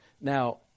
Now